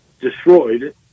destroyed